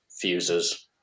fuses